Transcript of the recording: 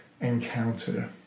encounter